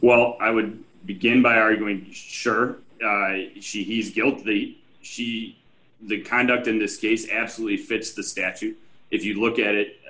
well i would begin by arguing sure she's guilty she the kind up in this case absolutely fits the statute if you look at it